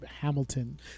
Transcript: Hamilton